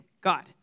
God